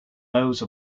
those